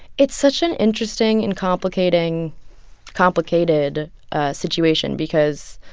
it's such an interesting and complicating complicated situation because,